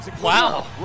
Wow